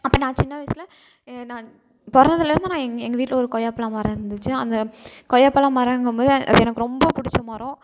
அப்போ நான் சின்ன வயசில் ஏன் நான் பிறந்ததுலேந்து நான் எங் எங்கள் வீட்டில் ஒரு கொய்யாப்பழம் மரம் இருந்துச்சு அந்த கொய்யாப்பழம் மரங்கமோது அது எனக்கு ரொம்ப பிடிச்ச மரம்